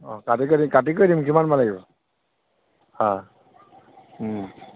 অঁ কাটি কৰি কাটি কৰি দিম কিমান মান লাগিব হাঁ